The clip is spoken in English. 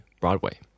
Broadway